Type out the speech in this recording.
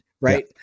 right